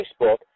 Facebook